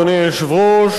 אדוני היושב-ראש,